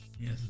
Yes